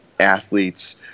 Athletes